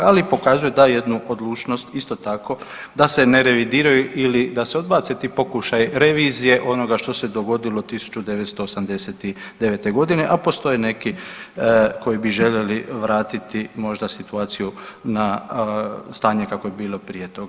Ali pokazuje tu jednu odlučnost isto tako da se ne revidiraju ili da se odbace ti pokušaji revizije onoga što se dogodilo 1989.g., a postoje neki koji bi željeli vratiti možda situaciju na stanje kakvo je bilo prije toga.